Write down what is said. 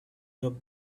good